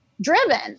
driven